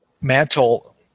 Mantle